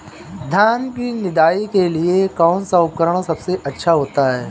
धान की निदाई के लिए कौन सा उपकरण सबसे अच्छा होता है?